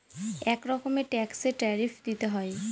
এক রকমের ট্যাক্সে ট্যারিফ দিতে হয়